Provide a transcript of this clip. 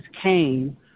came